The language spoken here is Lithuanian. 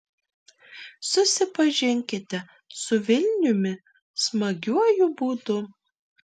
susipažinkite su vilniumi smagiuoju būdu